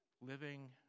Living